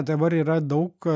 dabar yra daug